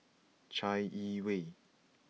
Chai Yee Wei